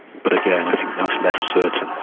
but again i think that's less certain.